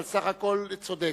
אבל בסך הכול הוא צודק.